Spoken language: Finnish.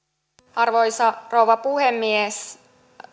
arvoisa rouva puhemies